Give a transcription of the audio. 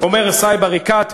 אומר סאיב עריקאת: